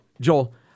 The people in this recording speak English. Joel